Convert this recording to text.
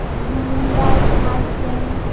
Hyundai I ten